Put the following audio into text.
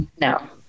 No